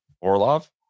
Orlov